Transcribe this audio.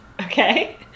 Okay